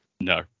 No